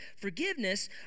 Forgiveness